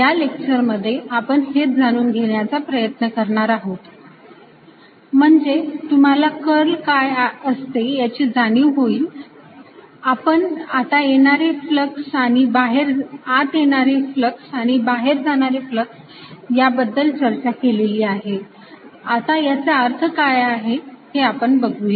या लेक्चर मध्ये आपण हेच जाणून घेण्याचा प्रयत्न करणार आहोत म्हणजे तुम्हाला कर्ल काय असते याची जाणीव होईल आपण आता येणारे फ्लक्स आणि बाहेर जाणारे फ्लक्स याबद्दल चर्चा केलेली आहे आता याचा अर्थ काय आहे हे आपण बघूया